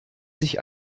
sich